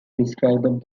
described